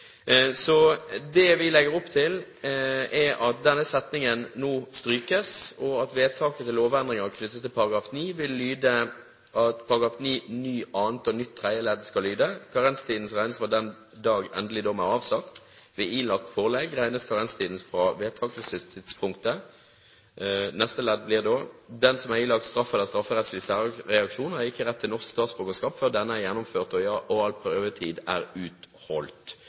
Det vi legger opp til, er at denne setningen nå strykes, og at vedtaket til lovendringer knyttet til § 9 vil lyde: «§ 9 annet og nytt tredje ledd skal lyde: Karenstiden regnes fra den dag endelig dom er avsagt. Ved ilagt forelegg regnes karenstiden fra vedtakelsestidspunktet. Den som er ilagt straff eller strafferettslig særreaksjon, har ikke rett til norsk statsborgerskap før denne er gjennomført og all prøvetid er utholdt.»